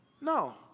No